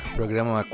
programa